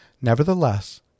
Nevertheless